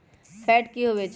Fat की होवछै?